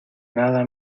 nada